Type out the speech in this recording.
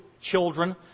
children